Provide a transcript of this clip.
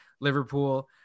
liverpool